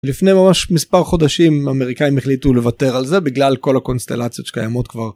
לפני ממש מספר חודשים אמריקאים החליטו לוותר על זה בגלל כל הקונסטלציות שקיימות כבר.